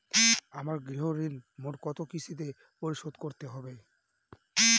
আমার গৃহঋণ মোট কত কিস্তিতে পরিশোধ করতে হবে?